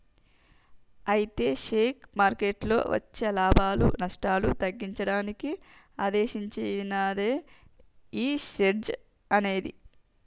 అయితే షేర్ మార్కెట్లలో వచ్చే లాభాలు నష్టాలు తగ్గించడానికి ఉద్దేశించినదే ఈ హెడ్జ్ అనేది